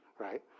right